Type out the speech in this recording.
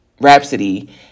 Rhapsody